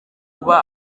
kuba